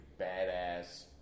badass